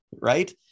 right